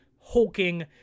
hulking